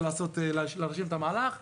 להשלים את המהלך.